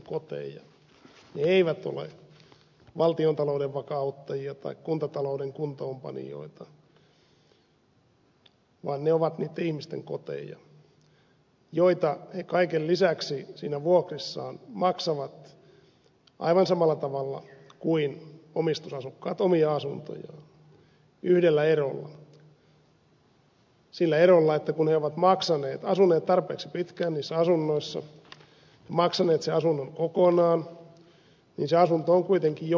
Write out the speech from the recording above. ne eivät ole valtiontalouden vakauttajia tai kuntatalouden kuntoonpanijoita vaan ne ovat niitten ihmisten koteja joita he kaiken lisäksi vuokrissaan maksavat aivan samalla tavalla kuin omistusasukkaat omia asuntojaan yhdellä erolla sillä erolla että kun he ovat asuneet tarpeeksi pitkään niissä asunnoissa maksaneet sen asunnon kokonaan niin se asunto on kuitenkin jonkun muun